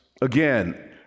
again